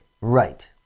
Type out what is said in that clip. Right